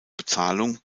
bezahlung